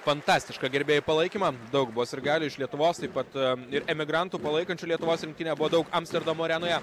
fantastišką gerbėjų palaikymą daug buvo sirgalių iš lietuvos taip pat ir emigrantų palaikančių lietuvos rinktinę buvo daug amsterdamo arenoje